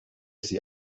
sie